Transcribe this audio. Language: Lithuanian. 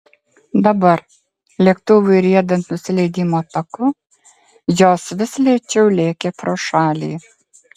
dabar lėktuvui riedant nusileidimo taku jos vis lėčiau lėkė pro šalį